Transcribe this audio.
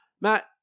matt